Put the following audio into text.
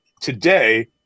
today